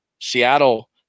Seattle